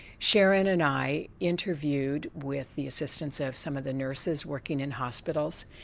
sharon and i interviewed, with the assistance of some of the nurses working in hospitals,